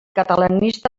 catalanista